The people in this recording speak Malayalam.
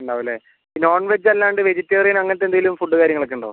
ഉണ്ടാവും അല്ലേ ഈ നോൺ വെജ് അല്ലാണ്ട് വെജിറ്റേറിയൻ അങ്ങനത്തെ എന്തെങ്കിലും ഫുഡ്ഡ് കാര്യങ്ങൾ ഒക്കെ ഉണ്ടോ